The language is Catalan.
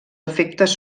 efectes